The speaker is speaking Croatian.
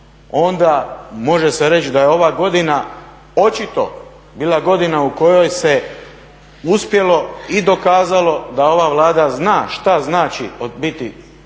onda može se reći da je ova godina očito bila godina u kojoj se uspjelo i dokazalo da ova Vlada zna šta znači biti konkurentna